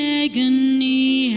agony